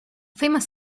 famous